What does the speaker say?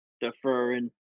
deferring